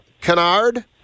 Canard